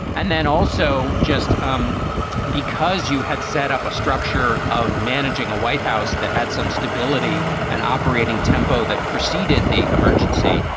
and then also, just um because you had set up a structure of managing a white house that had some stability and operating tempo that preceded the emergency,